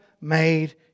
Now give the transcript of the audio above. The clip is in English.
made